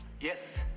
Yes